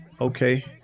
Okay